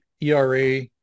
ERA